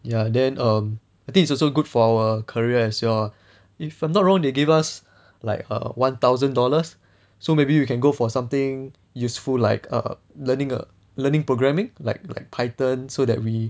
ya then err I think it's also good for our career as well ah if I'm not wrong they give us like err one thousand dollars so maybe we can go for something useful like err learning a learning programming like like python so that we